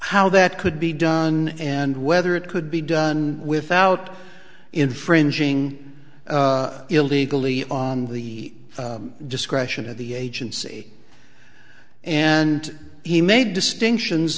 how that could be done and whether it could be done without infringing illegally on the discretion of the agency and he made distinctions